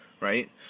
right